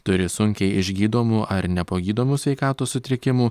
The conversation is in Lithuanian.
turi sunkiai išgydomų ar nepagydomų sveikatos sutrikimų